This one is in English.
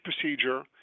procedure